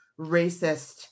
racist